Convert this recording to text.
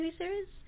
series